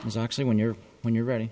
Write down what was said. vs was actually when you're when you're ready